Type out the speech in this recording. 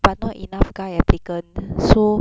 but not enough guy applicant so